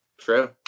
True